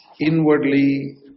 inwardly